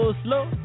slow